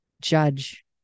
judge